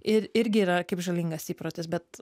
ir irgi yra kaip žalingas įprotis bet